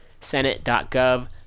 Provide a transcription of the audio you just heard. senate.gov